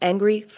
Angry